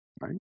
right